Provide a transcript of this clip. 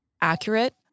accurate